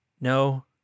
No